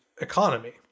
economy